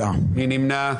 מי נמנע?